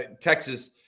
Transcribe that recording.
Texas